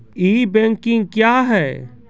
ई banking क्या हैं?